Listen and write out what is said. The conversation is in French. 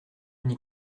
n’y